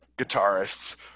guitarists